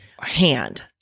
hand